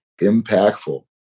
impactful